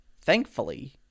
Thankfully